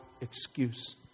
excuse